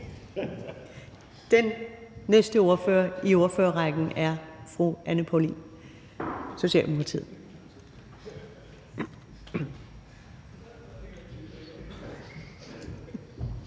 Den næste ordfører i ordførerrækken er fru Anne Paulin, Socialdemokratiet.